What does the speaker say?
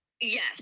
Yes